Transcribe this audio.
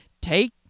take